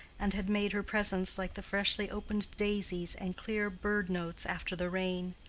and had made her presence like the freshly-opened daisies and clear bird-notes after the rain.